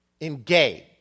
engage